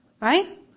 Right